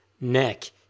neck